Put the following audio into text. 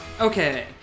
Okay